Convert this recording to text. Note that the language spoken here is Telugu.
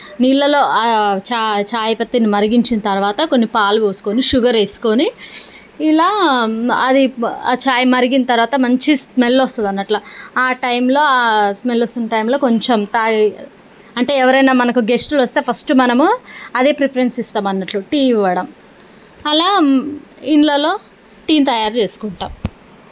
నీళ్లల్లో ఆ చాయ్ పత్తిని కరిగించిన తర్వాత కొన్ని పాలు పోసుకొని షుగర్ వేసుకొని ఇలా అది ఆ చాయ్ మరిగిన తర్వాత మంచి స్మెల్ వస్తుంది అన్నట్లు ఆ టైంలో ఆ స్మెల్ వస్తున్న టైంలో కొంచెం తై అంటే ఎవరైనా మనకు గెస్ట్లు వస్తే ఫస్ట్ మనము అదే ప్రిఫరెన్స్ ఇస్తాము అన్నట్లు టీ ఇవ్వడం అలా ఇళ్లల్లో టీ తయారు చేసుకుంటాం